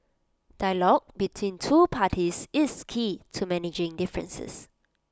dialogue between two parties is key to managing differences